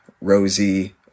Rosie